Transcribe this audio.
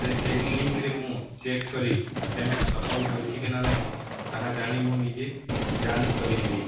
ସେହି ଲିଙ୍କରେ ମୁଁ ଚେକ୍ କରି ପେମେଣ୍ଟ ସଫଲ ହୋଇଛି କି ନା ନାଇଁ ତାହା ଜାଣି ମୁଁ ନିଜେ ଯାଞ୍ଚ କରିନେବି